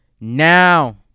Now